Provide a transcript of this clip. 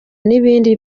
n’ibindi